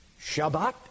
Shabbat